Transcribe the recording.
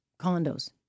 Condos